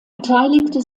beteiligte